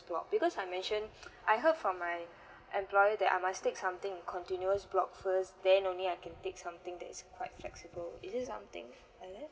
block because I mentioned I heard from my employer that I must take something in continuous block first then only I can take something that's quite flexible is it something like that